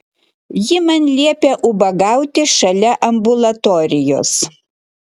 ji man liepė ubagauti šalia ambulatorijos